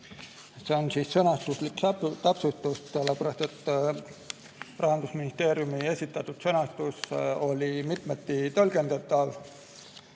See on sõnastuslik täpsustus, sellepärast et Rahandusministeeriumi esitatud sõnastus oli mitmeti tõlgendatav.